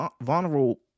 vulnerable